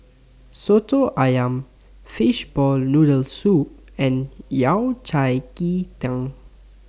Soto Ayam Fishball Noodle Soup and Yao Cai Ji Tang